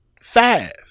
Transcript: five